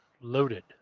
loaded